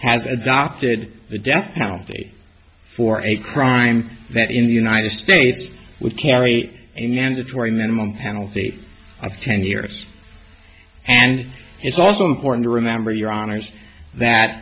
has adopted the death penalty for a crime that in the united states would carry a mandatory minimum penalty of ten years and it's also important to remember your honour's that